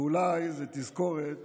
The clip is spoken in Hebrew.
ואולי זה תזכורת